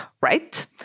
right